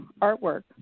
artwork